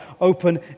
open